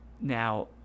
Now